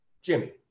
Jimmy